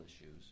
issues